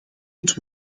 het